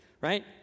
Right